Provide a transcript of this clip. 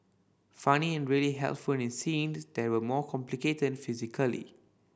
funny and really helpful in scene that were more complicated physically